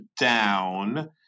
down